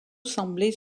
semblaient